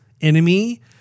enemy